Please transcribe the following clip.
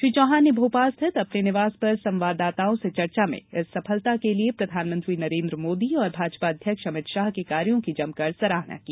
श्री चौहान ने भोपाल स्थित अपने निवास पर संवाददाताओं से चर्चा में इस सफलता के लिए प्रधानमंत्री नरेंद्र मोदी और भाजपा अध्यक्ष अभित शाह के कार्यो की जमकर सराहना की